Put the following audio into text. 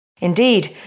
Indeed